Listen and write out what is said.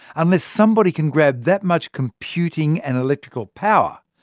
unless somebody can grab that much computing and electrical power,